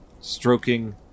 stroking